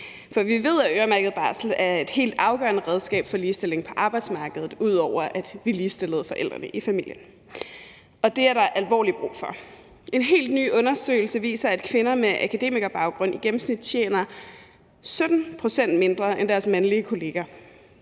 for vi ved, at øremærket barsel er et helt afgørende redskab for ligestilling på arbejdsmarkedet, ud over at vi ligestillede forældrene i familien. Det er der alvorligt brug for. En helt ny undersøgelse viser, at kvinder med akademikerbaggrund i gennemsnit tjener 17 pct. mindre end deres mandlige kolleger.